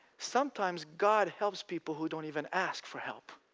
sometimes god helps people who don't even ask for help.